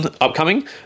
upcoming